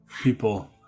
People